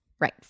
Right